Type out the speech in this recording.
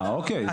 אה, אוקיי.